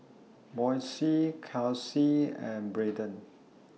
Boysie Kelsie and Braedon